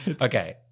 Okay